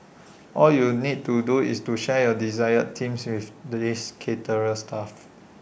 all you need to do is to share your desired themes with this caterer's staff